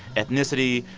ethnicity,